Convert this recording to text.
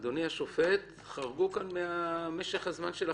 אדוני השופט, חרגו כאן ממשך הזמן של החקירה.